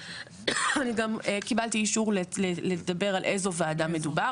אני גם קיבלתי אישור לדבר על איזו וועדה מדובר.